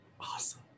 Awesome